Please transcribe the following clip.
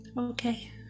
Okay